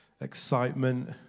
excitement